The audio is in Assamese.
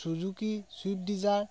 Suzuki Swift Dzire